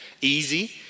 easy